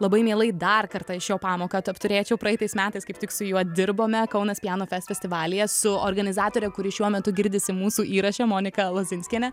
labai mielai dar kartą iš jo pamoką apturėčiau praeitais metais kaip tik su juo dirbome kaunas pianofest festivalyje su organizatore kuri šiuo metu girdisi mūsų įraše monika lazinckiene